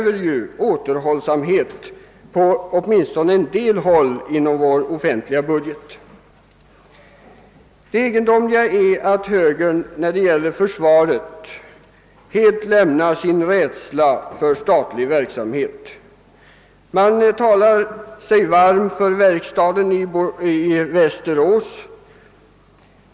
Men det kräver återhållsamhet på åtminstone en del håll inom vår offentliga budget. Det egendomliga är också att högern när det gäller försvaret helt överger sin rädsla för statlig verksamhet. Man talar sig här varm för verkstaden i Västerås.